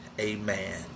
Amen